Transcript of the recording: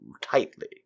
tightly